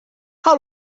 how